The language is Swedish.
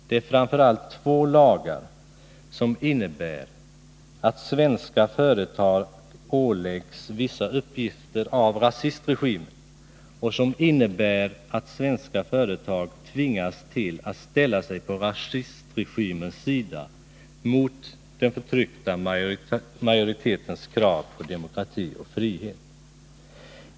Det är framför allt två lagar som innebär att svenska företag som åläggs vissa uppgifter av rasistregimen och som innebär att svenska företag tvingas ställa sig på rasistregimens sida mot den förtryckta majoritetens krav på demokrati och frihet.